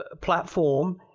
platform